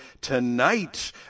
tonight